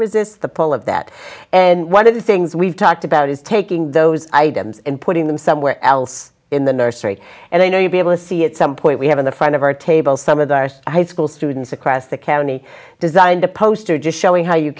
resist the pull of that and one of the things we've talked about is taking those items and putting them somewhere else in the nursery and i know you'll be able to see it some point we have in the front of our table some of the high school students across the county designed a poster just showing how you